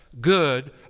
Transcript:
good